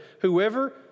whoever